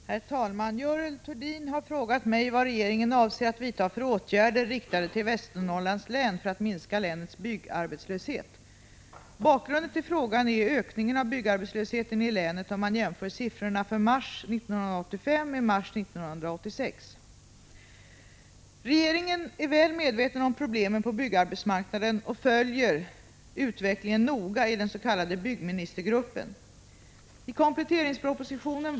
Herr talman! Görel Thurdin har frågat mig vad regeringen avser att vidta för åtgärder, riktade till Västernorrlands län, för att minska länets byggarbetslöshet. Bakgrunden till frågan är ökningen av byggarbetslösheten i länet, om man jämför siffrorna för mars 1985 med mars 1986. Regeringen är väl medveten om problemen på byggarbetsmarknaden och följer utvecklingen noga i den s.k. byggministergruppen. I kompletterings Prot.